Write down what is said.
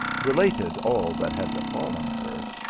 related all that had be fallen her,